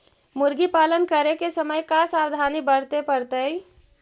मुर्गी पालन करे के समय का सावधानी वर्तें पड़तई?